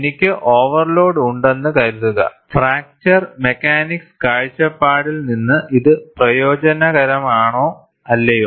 എനിക്ക് ഓവർലോഡ് ഉണ്ടെന്ന് കരുതുക ഫ്രാക്ചർ മെക്കാനിക്സ് കാഴ്ചപ്പാടിൽ നിന്ന് ഇത് പ്രയോജനകരമാണോ അല്ലയോ